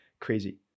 crazy